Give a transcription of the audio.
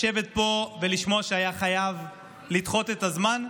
לשבת פה ולשמוע שהיו חייבים לדחות את הזמן,